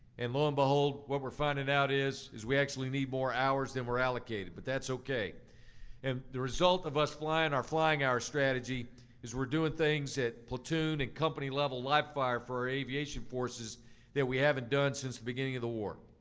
and lo and behold, what we're finding out is, is we actually need more hours than we're allocated. but that's okay and the result of us flying our flying hours strategy is we're doing things at platoon and company level live-fire for our aviation forces that we haven't done since the beginning of the war.